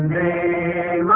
a